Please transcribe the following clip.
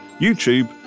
YouTube